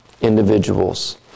individuals